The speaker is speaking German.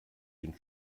den